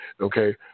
Okay